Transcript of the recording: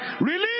Release